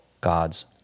God's